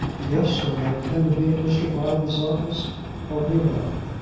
yes, sir i intend to be at mr. beilby's office on the eleventh.